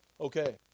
Okay